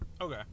Okay